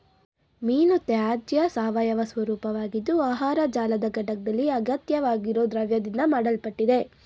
ಮೀನುತ್ಯಾಜ್ಯ ಸಾವಯವ ಸ್ವರೂಪವಾಗಿದ್ದು ಆಹಾರ ಜಾಲದ ಘಟಕ್ದಲ್ಲಿ ಅಗತ್ಯವಾಗಿರೊ ದ್ರವ್ಯದಿಂದ ಮಾಡಲ್ಪಟ್ಟಿದೆ